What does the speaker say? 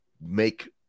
make